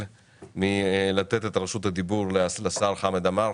רשות הדיבור לשר חמד עמאר.